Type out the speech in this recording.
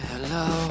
Hello